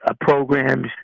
programs